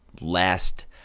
last